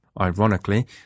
Ironically